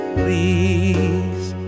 please